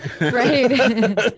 Right